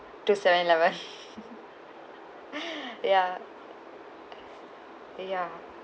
to seven eleven ya ya